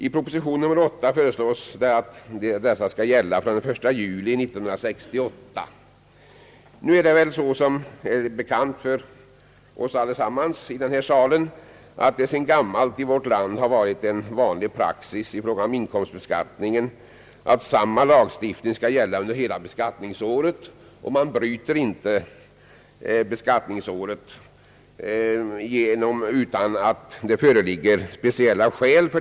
I proposition nr 88 föreslås att de nya bestämmelserna skall gälla fr.o.m. den 1 juli 1968. Det är väl bekant för alla i denna sal, att det i vårt land varit praxis i fråga om inkomstbeskattningen att samma lagstiftning skall gälla under hela beskattningsåret. Man bryter inte beskattningsåret utan att det föreligger speciella skäl.